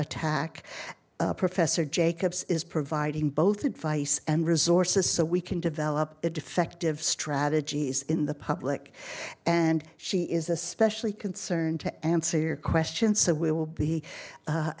attack professor jacobs is providing both advice and resources so we can develop the defective strategies in the public and she is especially concerned to answer your questions so we will be